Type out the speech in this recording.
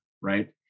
right